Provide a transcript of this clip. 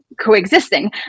coexisting